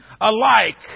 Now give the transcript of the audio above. alike